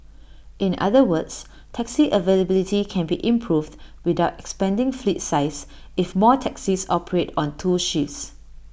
in other words taxi availability can be improved without expanding fleet size if more taxis operate on two shifts